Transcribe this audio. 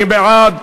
מי בעד?